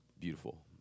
beautiful